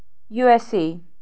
U S A